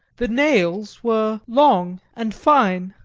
the nails were long and fine,